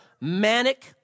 manic